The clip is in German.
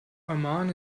amman